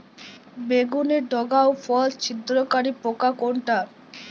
বেগুনের ডগা ও ফল ছিদ্রকারী পোকা কোনটা?